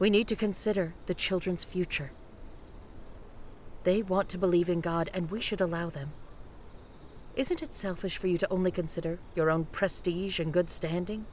we need to consider the children's future they want to believe in god and we should allow them isn't it selfish for you to only consider your own prestige in good standing